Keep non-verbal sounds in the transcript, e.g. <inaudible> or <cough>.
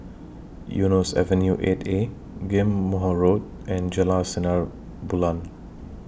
<noise> Eunos Avenue eight A Ghim Moh Road and Jalan Sinar Bulan